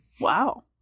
Wow